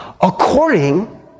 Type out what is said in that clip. according